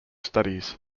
studies